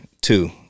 two